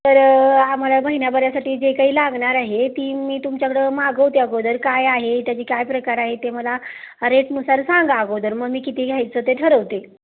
तर आम्हाला महिन्याभरासाठी जे काही लागणार आहे ती मी तुमच्याकडं मागवते अगोदर काय आहे त्याची काय प्रकार आहे ते मला रेटनुसार सांगा अगोदर मग मी किती घ्यायचं ते ठरवते